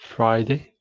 Friday